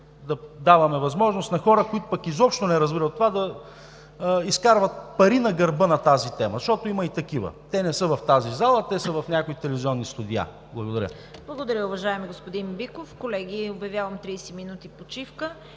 да даваме възможност на хора, които пък изобщо не разбират от това, да изкарват пари на гърба на тази тема – защото има и такива. Те не са в тази зала, а в някои телевизионни студия. Благодаря. ПРЕДСЕДАТЕЛ ЦВЕТА КАРАЯНЧЕВА: Благодаря, уважаеми господин Биков. Колеги, обявявам 30 минути почивка.